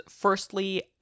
firstly